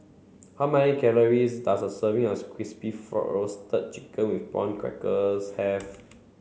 how many calories does a serving of Crispy Roasted Chicken with Prawn Crackers have